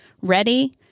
Ready